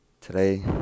Today